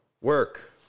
work